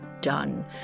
done